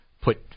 put